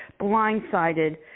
blindsided